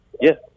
Yes